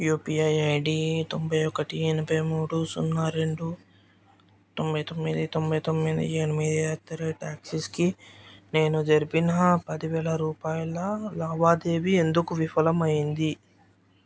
UPI ID తొంభై ఒకటి ఎనభై మూడు సున్నా రెండు తొంభై తొమ్మిది తొంభై తొమ్మిది ఎనిమిది అట్ ద రేట్ యాక్సిస్కి నేను జరిపినా పదివేల రూపాయల లావాదేవీ ఎందుకు విఫలం అయ్యింది